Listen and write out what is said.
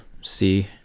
see